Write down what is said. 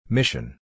Mission